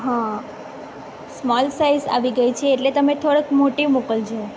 હા small size આવી ગઈ છે એટલે તમે થોડોક મોટી મોકલજો